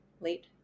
late